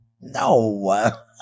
No